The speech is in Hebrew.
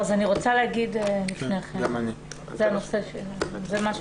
אני 12 שנים